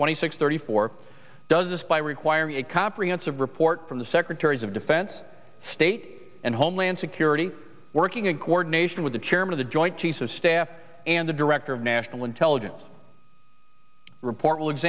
twenty six thirty four does this by require a comprehensive report from the secretaries of defense state and homeland security working in coordination with the chairman of the joint chiefs of staff and the director of national intelligence report